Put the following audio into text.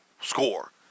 score